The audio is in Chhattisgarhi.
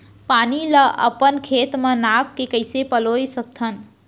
पानी ला अपन खेत म नाप के कइसे पलोय सकथन?